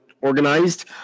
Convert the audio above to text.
organized